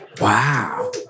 Wow